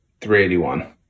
381